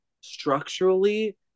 structurally